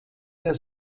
der